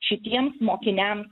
šitiems mokiniam